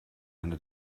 eine